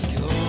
go